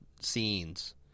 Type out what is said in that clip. scenes